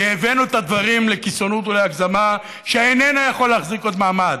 כי הבאנו את הדברים לקיצוניות ולהגזמה שאיננה יכולה להחזיק עוד מעמד.